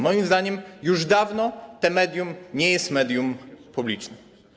Moim zdaniem już dawno to medium nie jest medium publicznym.